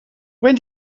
when